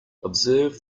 observe